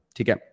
Okay